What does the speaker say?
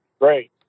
Great